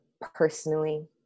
personally